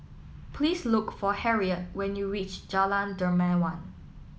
please look for Harriette when you reach Jalan Dermawan